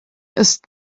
ist